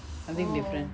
something different